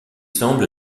semble